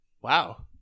Wow